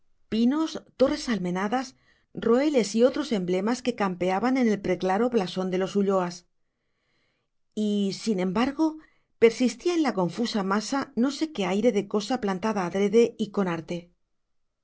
pinos torres almenadas roeles y otros emblemas que campeaban en el preclaro blasón de los ulloas y sin embargo persistía en la confusa masa no sé qué aire de cosa plantada adrede y con arte